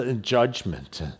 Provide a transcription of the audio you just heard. judgment